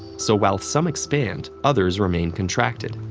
so while some expand, others remain contracted.